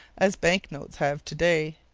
as bank-notes have to-day.